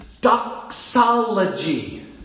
Doxology